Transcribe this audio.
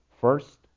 first